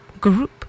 group